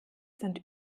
sind